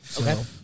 Okay